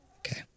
Okay